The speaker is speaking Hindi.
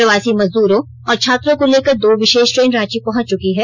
प्रवासी मजदूरों और छात्रों को लेकर दो विषेष ट्रेन रांची पहुंच चुकी है